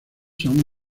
son